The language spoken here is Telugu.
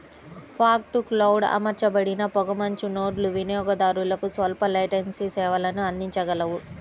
ఫాగ్ టు క్లౌడ్ అమర్చబడిన పొగమంచు నోడ్లు వినియోగదారులకు స్వల్ప లేటెన్సీ సేవలను అందించగలవు